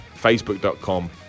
facebook.com